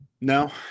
No